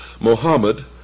Mohammed